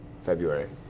February